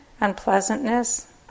unpleasantness